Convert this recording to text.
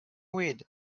weed